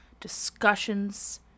discussions